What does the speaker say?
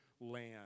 land